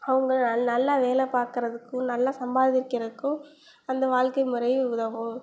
அவங்க நல் நல்லா வேலை பார்க்கறதுக்கும் நல்லா சம்பாதிக்கிறதுக்கும் அந்த வாழ்க்கை முறை உதவும்